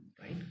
right